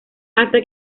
hasta